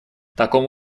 такому